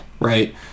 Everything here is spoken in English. right